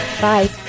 Bye